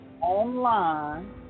online